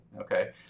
Okay